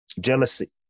Jealousy